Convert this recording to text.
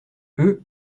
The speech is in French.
eux